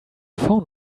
phone